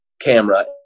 camera